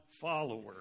follower